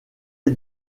est